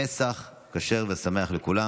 פסח כשר ושמח לכולם.